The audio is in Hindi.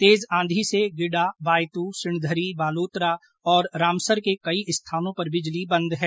तेज आंधी से गिडा बायतू सिणधरी बालोतरा और रामसर के कई स्थानों पर बिजली बंद है